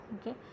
Okay